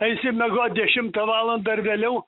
eisi miegot dešimtą valandą ar vėliau